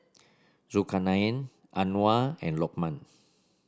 Zulkarnain Anuar and Lukman